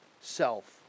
self